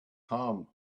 ham